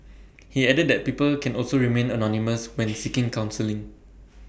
he added that people can also remain anonymous when seeking counselling